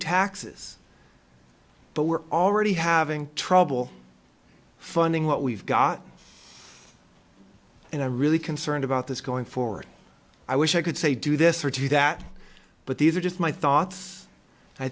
taxes but we're already having trouble funding what we've got and i'm really concerned about this going forward i wish i could say do this or do that but these are just my thoughts i